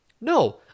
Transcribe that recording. No